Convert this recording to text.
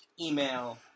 email